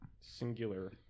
singular